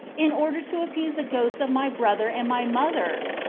in order to appease the ghosts of my brother and my mother?